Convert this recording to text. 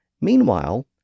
Meanwhile